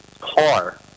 car